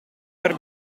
per